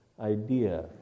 idea